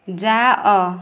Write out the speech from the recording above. ଯାଅ